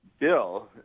bill